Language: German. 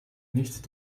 nicht